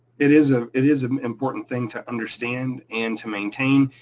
it is ah it is an important thing to understand and to maintain.